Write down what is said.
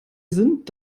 sind